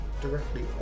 directly